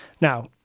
Now